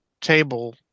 table